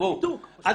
אתה